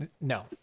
no